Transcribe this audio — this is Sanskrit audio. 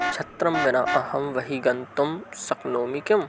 छत्रं विना अहं बहिः गन्तुं शक्नोमि किम्